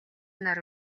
нар